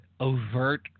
overt